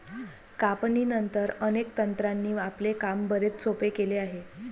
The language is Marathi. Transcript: कापणीनंतर, अनेक तंत्रांनी आपले काम बरेच सोपे केले आहे